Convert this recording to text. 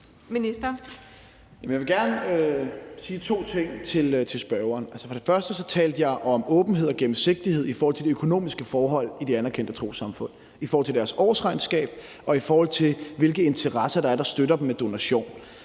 Jeg vil gerne sige to ting til spørgeren. Altså, for det første talte jeg om åbenhed og gennemsigtighed i forhold til de økonomiske forhold i de anerkendte trossamfund, i forhold til deres årsregnskab og i forhold til hvilke interesser, der støtter dem med donationer.